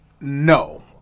no